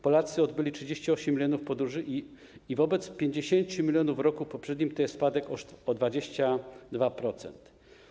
Polacy odbyli 38 mln podróży i wobec 50 mln w roku poprzednim to jest spadek o 22%.